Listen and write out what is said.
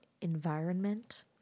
environment